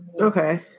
Okay